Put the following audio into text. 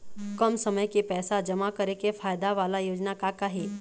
कम समय के पैसे जमा करे के फायदा वाला योजना का का हे?